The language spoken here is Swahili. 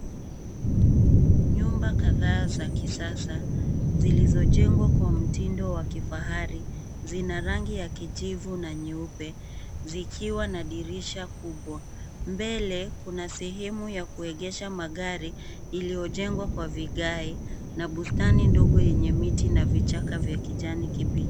Nyumba kadhaa za kisasa zilizojengwa kwa mtindo wa kifahari zina rangi ya kijivu na nyeupe zikiwa na dirisha kubwa. Mbele kuna sehemu ya kuegesha magari iliyojengwa kwa vigae na bustani ndogo yenye miti na vichaka vya kijani kibichi.